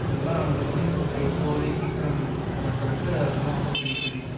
இதெல்லாம் அவங்களுக்கு வந்து இப்போது இப்போதைக்கு இருக்கிற மக்களுக்கு அதெல்லாம் ரொம்ப பிடிக்குது